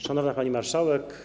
Szanowna Pani Marszałek!